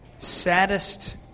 saddest